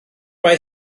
mae